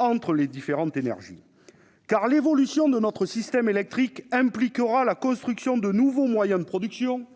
entre les différentes énergies ? L'évolution de notre système électrique impliquera la construction de nouveaux moyens de production,